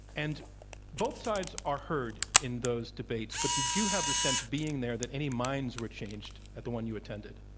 and both sides are heard in those debates, but did you have the sense, being there, that any minds were changed at the one you attended?